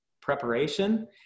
preparation